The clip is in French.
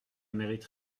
mérite